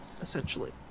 essentially